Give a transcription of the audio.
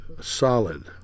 solid